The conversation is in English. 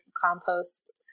compost